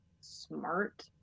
smart